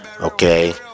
Okay